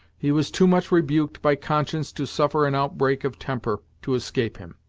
he was too much rebuked by conscience to suffer an outbreak of temper to escape him,